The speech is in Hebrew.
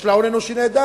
יש לה הון אנושי נהדר,